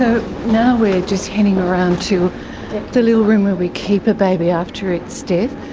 ah now we're just heading around to the little room where we keep a baby after its death.